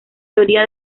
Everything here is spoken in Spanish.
teoría